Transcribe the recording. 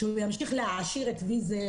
שהוא ימשיך להעשיר את ויזל,